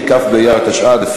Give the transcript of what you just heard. בכיכר וגם לאלה